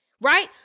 right